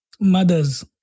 mothers